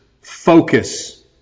focus